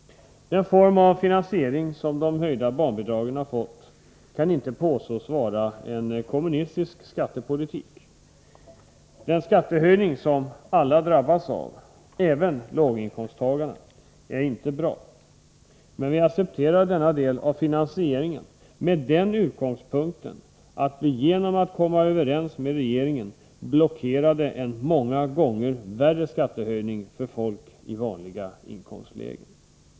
Den form av finansiering som de höjda barnbidragen har fått kan inte påstås vara en kommunistisk skattepolitik. Den skattehöjning som alla drabbas av, även låginkomsttagarna, är inte bra. Men vi accepterar denna del av finansieringen med den utgångspunkten att vi genom att komma överens med regeringen blockerade en många gånger värre skattehöjning för folk i vanliga inkomstlägen.